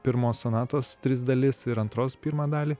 pirmos sonatos tris dalis ir antros pirmą dalį